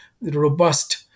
robust